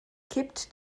kippt